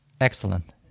Excellent